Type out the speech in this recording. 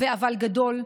והאבל גדול,